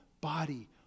body